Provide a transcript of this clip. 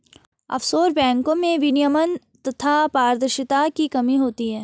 offshore बैंको में विनियमन तथा पारदर्शिता की कमी होती है